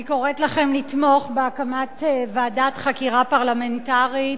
אני קוראת לכם לתמוך בהקמת ועדת חקירה פרלמנטרית